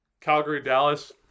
Calgary-Dallas